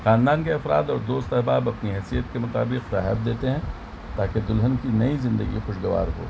خاندان کے افراد اور دوست احباب اپنی حیثیت کے مطابق تحائف دیتے ہیں تاکہ دلہن کی نئی زندگی خوشگوار ہو